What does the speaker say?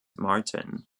martin